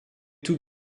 tout